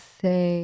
say